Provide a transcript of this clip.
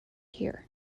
here